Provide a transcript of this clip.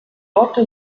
lotte